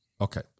Okay